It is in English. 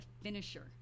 finisher